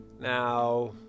Now